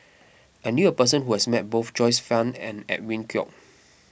I knew a person who has met both Joyce Fan and Edwin Koek